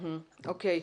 או.קיי.